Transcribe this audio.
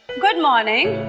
good morning.